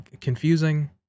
confusing